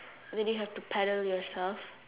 then you have to paddle yourself